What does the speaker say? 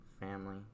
family